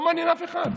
לא מעניין אף אחד.